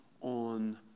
on